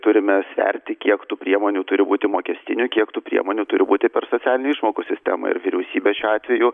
turime sverti kiek tų priemonių turi būti mokestinių kiek tų priemonių turi būti per socialinių išmokų sistemą ir vyriausybė šiuo atveju